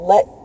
Let